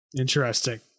Interesting